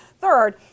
third